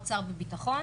אוצר בביטחון.